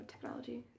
technology